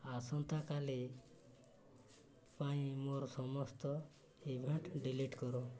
ଆସନ୍ତାକାଲି ପାଇଁ ମୋର ସମସ୍ତ ଇଭେଣ୍ଟ୍ ଡିଲିଟ୍ କର